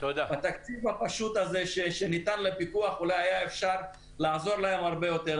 בתקציב הפשוט הזה שניתן לפיקוח אולי היה אפשר לעזור להם הרבה יותר.